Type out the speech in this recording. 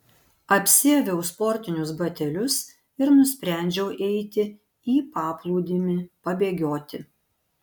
apsiaviau sportinius batelius ir nusprendžiau eiti į paplūdimį pabėgioti